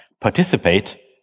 participate